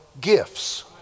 gifts